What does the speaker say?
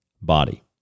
body